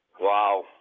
Wow